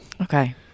Okay